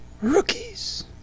Rookies